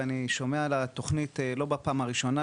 ואני שומע על התוכנית לא בפעם הראשונה,